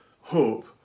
hope